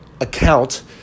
account